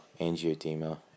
angioedema